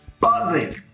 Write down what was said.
buzzing